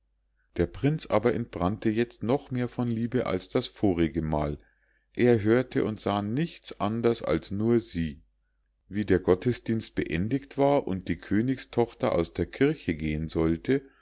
der prinz aber entbrannte jetzt noch mehr von liebe als das vorige mal er hörte und sah nichts anders als nur sie wie der gottesdienst beendigt war und die königstochter aus der kirche gehen wollte